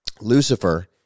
Lucifer